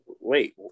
wait